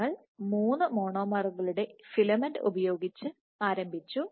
നിങ്ങൾ മൂന്ന് മോണോമറുകളുടെ ഒരു ഫിലമെന്റ് ഉപയോഗിച്ച് ആരംഭിച്ചു